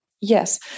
Yes